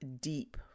deep